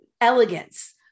elegance